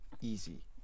Easy